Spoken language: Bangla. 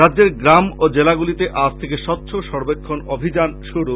রাজ্যের গ্রাম ও জেলাগুলিতে আজ থেকে স্বচ্ছ সবেক্ষন অভিযান শুরু